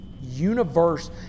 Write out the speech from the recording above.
universe